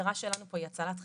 המטרה שלנו פה היא הצלת חיים.